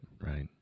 Right